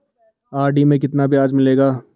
RD में कितना ब्याज मिलेगा?